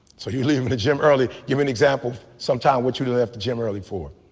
so you leaving the gym early give me an example sometime what you don't have to gym early for